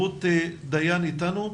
רות דיין איתנו?